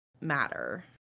matter